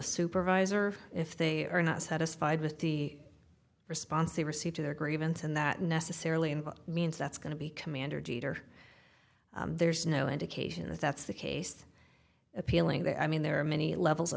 supervisor if they are not satisfied with the response they receive to their grievance and that necessarily means that's going to be commander jeter there's no indication that that's the case appealing to i mean there are many levels of